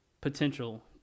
potential